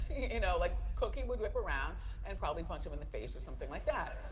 you know like cookie would whip around and probably punch him in the face or something like that,